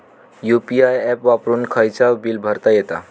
UPI app वापरून खायचाव bill भरता येता